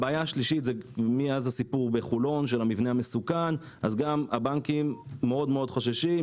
הבעיה השלישית מאז הסיפור של המבנה המסוכן בחולון הבנקים מאוד חוששים,